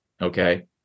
okay